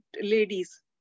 ladies